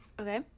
Okay